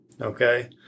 Okay